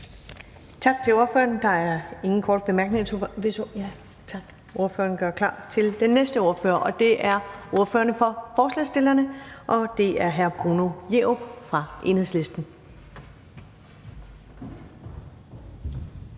Tak til ordføreren. Der er ikke flere korte bemærkninger.